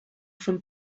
from